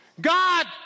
God